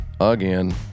Again